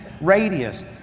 radius